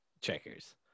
checkers